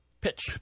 pitch